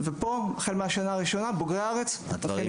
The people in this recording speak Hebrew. ופה החל מהשנה הראשונה בוגרי הארץ מתחילים